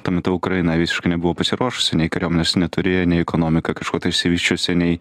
tuo metu ukraina visiškai nebuvo pasiruošusi nei kariuomenės neturėjo nei ekonomika kažkuo tai išsivysčiusi nei